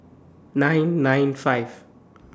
nine nine five